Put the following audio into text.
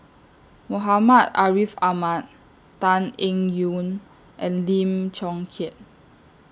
Muhammad Ariff Ahmad Tan Eng Yoon and Lim Chong Keat